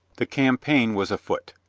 the campaign was afoot.